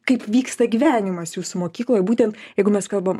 kaip vyksta gyvenimas jūsų mokykloj būtent jeigu mes kalbam